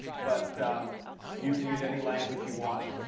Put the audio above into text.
but you can use any language you want.